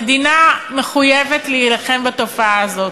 המדינה מחויבת להילחם בתופעה הזו.